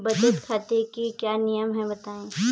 बचत खाते के क्या नियम हैं बताएँ?